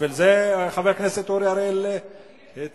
בשביל זה חבר הכנסת אורי אריאל הציג,